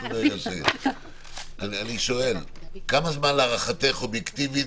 אני שואל: כמה זמן להערכתך אובייקטיבית,